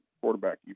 quarterback